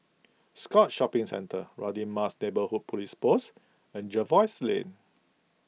Scotts Shopping Centre Radin Mas Neighbourhood Police Post and Jervois Lane